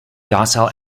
docile